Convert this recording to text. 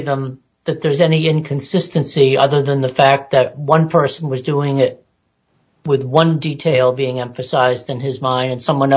of them that there's any inconsistency other than the fact that one person was doing it with one detail being emphasized in his mind and someone